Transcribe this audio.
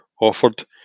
offered